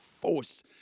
force